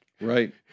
Right